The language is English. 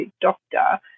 doctor